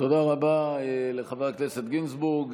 תודה רבה לחבר הכנסת גינזבורג.